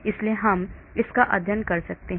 इसलिए हम इसका अध्ययन कर सकते हैं